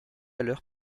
l’heure